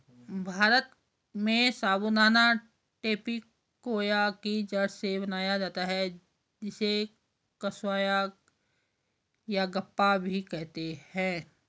भारत में साबूदाना टेपियोका की जड़ से बनाया जाता है जिसे कसावा यागप्पा भी कहते हैं